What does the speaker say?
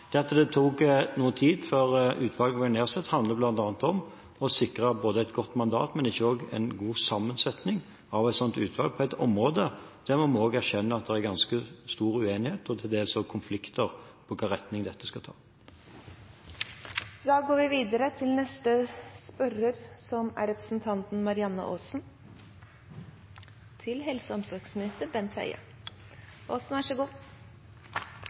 Det at det tok noe tid før utvalget ble nedsatt, handler bl.a. om å sikre både et godt mandat og en god sammensetning av et slikt utvalg på et område der vi må erkjenne at det er ganske stor uenighet og til dels også konflikter om hvilken retning dette skal ta. «Regjeringen har endret investeringstilskuddet til